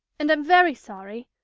and i'm very sorry,